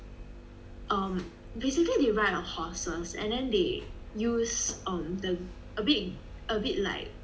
um basically they ride a horse and and then they use on the a bit a bit like